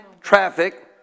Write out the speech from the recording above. traffic